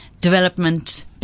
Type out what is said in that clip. development